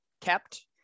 kept